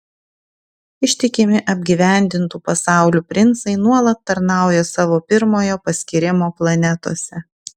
ištikimi apgyvendintų pasaulių princai nuolat tarnauja savo pirmojo paskyrimo planetose